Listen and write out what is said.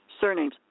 surnames